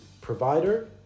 provider